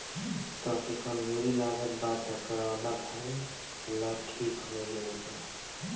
तहके कमज़ोरी लागत बा तअ करौदा खाइ लअ ठीक हो जइब